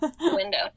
window